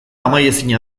amaiezina